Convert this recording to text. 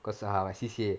because err my C_C_A